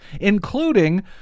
including